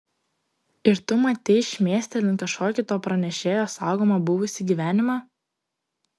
ir tu matei šmėstelint kažkokį to pranešėjo saugomą buvusį gyvenimą